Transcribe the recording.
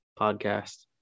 podcast